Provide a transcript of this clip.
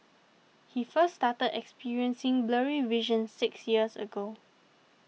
he first started experiencing blurry vision six years ago